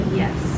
yes